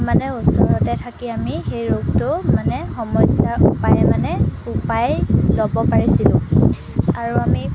মানে ওচৰতে থাকি আমি সেই ৰোগটো মানে সমস্যাৰ উপায় মানে উপায় ল'ব পাৰিছিলোঁ আৰু আমি